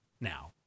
now